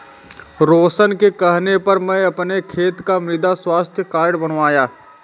रोशन के कहने पर मैं अपने खेत का मृदा स्वास्थ्य कार्ड बनवाया